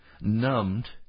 Numbed